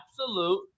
absolute